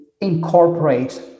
incorporate